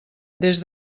des